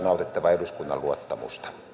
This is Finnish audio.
nautittava eduskunnan luottamusta